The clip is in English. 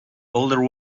older